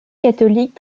catholique